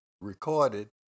recorded